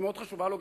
היא מאוד חשובה לו,